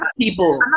people